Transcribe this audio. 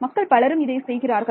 மக்கள் பலரும் இதை செய்கிறார்கள்